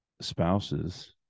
spouses